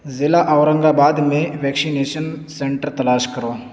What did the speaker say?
ضلع اورنگ آباد میں vaccination centre تلاش کرو